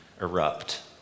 erupt